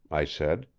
i said.